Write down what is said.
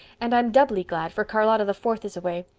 and i'm doubly glad, for charlotta the fourth is away.